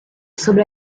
sobre